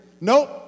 Nope